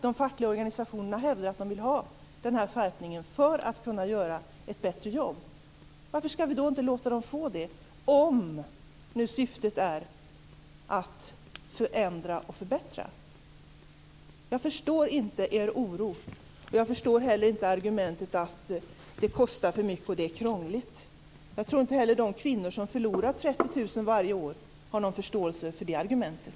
De fackliga organisationerna hävdar att de vill ha denna skärpning för att kunna göra ett bättre jobb. Varför ska vi då inte låta dem få det, om syftet är att förändra och förbättra? Jag förstår inte er oro. Jag förstår inte heller argumentet att det kostar för mycket och att det är krångligt. Jag tror inte heller att de kvinnor som förlorar 30 000 kr varje år har någon förståelse för det argumentet.